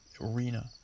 arena